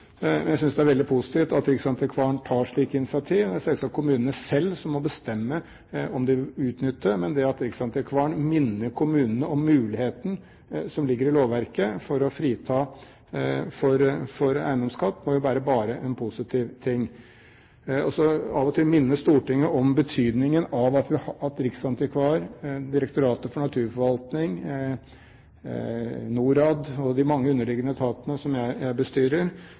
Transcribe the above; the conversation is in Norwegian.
Jeg synes det er veldig positivt at riksantikvaren tar slike initiativ. Det er selvsagt kommunene selv som må bestemme om de vil utnytte dem, men det at riksantikvaren minner kommunene om muligheten som ligger i lovverket for å frita for eiendomsskatt, må jo bare være en positiv ting – og av og til å minne Stortinget om betydningen av riksantikvaren, Direktoratet for naturforvaltning, NORAD og de mange underliggende etatene som jeg bestyrer.